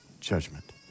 judgment